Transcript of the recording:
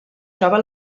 troba